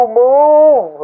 move